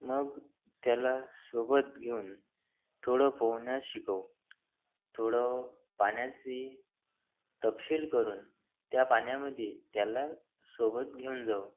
मग त्याला सोबत घेऊन थोडं पोहण्यास शिकव थोडं पाण्याची तपशील करून त्या पाण्यामध्ये त्याला सोबत घेऊन जाऊ